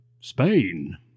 Spain